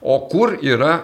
o kur yra